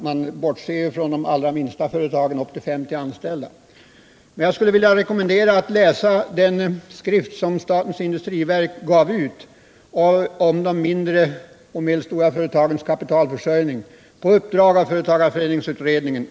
Man bortser från de allra minsta företagen med upp till 50 anställda. Jag skulle vilja rekommendera motionärerna att läsa den skrift som statens industriverk på uppdrag av företagareföreningsutredningen i fjol gav ut om de mindre och medelstora företagens kapitalförsörjning.